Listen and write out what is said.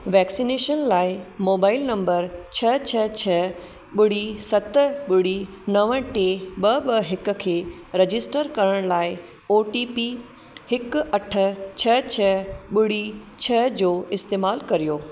vaccination लाइ mobile number छह छ्ह छ्ह ॿुड़ी सत ॿुड़ी नवं टे ॿ ॿ हिक खे रजिस्टर करण लाइ ओ टी पी हिकु अठ छ्ह छ्ह ॿुड़ी छ्ह जो इस्तेमालु करियो